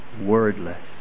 wordless